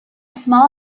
small